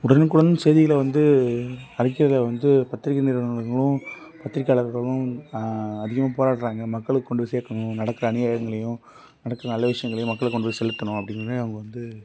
உடனுக்குடன் செய்திகளை வந்து அளிக்கிறதுல வந்து பத்திரிக்கை நிறுவனங்களும் பத்திரிக்கையாளர்களும் அதிகமாக போராடுறாங்க மக்களுக்கு கொண்டு போய் சேர்க்கணும் நடக்கிற அநியாயங்களையும் நடக்கிற நல்ல விஷயங்களையும் மக்களுக்கு கொண்டு போய் செலுத்தணும் அப்படின்னு அவங்க வந்து